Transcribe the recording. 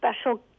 special